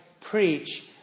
preach